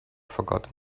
forgotten